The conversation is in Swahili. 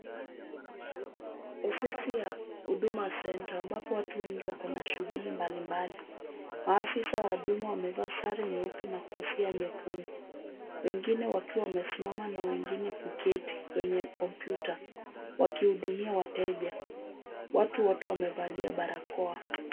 Ofisi ya Huduma Center ambapo watu wengi wako na shughuli mbalimbali. Maafisa wa hudumu wamevaa sare nyeupe na kofia nyekundu, wengine wakiwa wamesimama na wengine kuketi kwenye kompyuta wakihudumia wateja. Watu wote wamevalia barakoa.